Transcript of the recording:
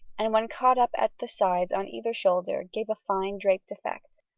and when caught up at the sides on either shoulder gave a fine draped effect.